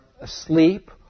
asleep